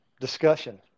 discussion